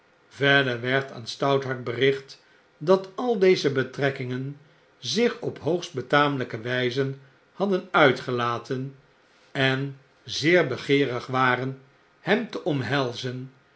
verder werd aan stouthart bericht dat al deze betrekkingen zich op hoogst betamelyke wyze hadden uitgelaten en zeer begeerig waren hem te omhelzen